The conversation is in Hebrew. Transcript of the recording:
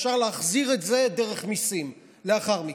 אפשר להחזיר את זה דרך מיסים לאחר מכן.